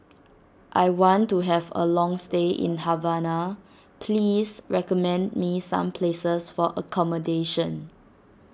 I want to have a long stay in Havana please recommend me some places for accommodation